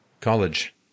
college